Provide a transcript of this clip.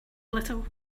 little